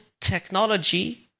technology